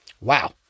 Wow